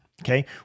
Okay